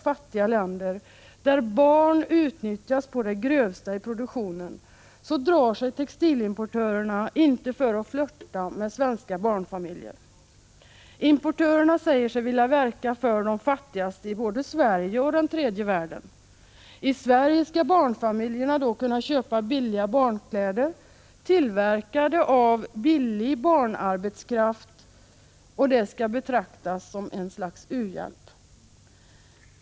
fattiga länder, där barn utnyttjas på det grövsta i produktionen, drar sig textilimportörerna inte för att flirta med svenska barnfamiljer. Importörerna säger sig vilja verka för de fattigaste i både Sverige och den tredje världen. I Sverige skall barnfamiljerna kunna köpa billiga barnkläder tillverkade av billig barnarbetskraft — och det skall betraktas som u-hjälp!